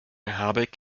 habeck